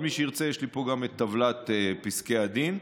מי שירצה, יש לי פה גם את טבלת פסקי הדין.